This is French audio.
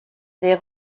des